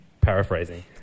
paraphrasing